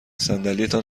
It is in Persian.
صندلیتان